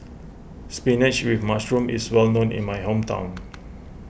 Spinach with Mushroom is well known in my hometown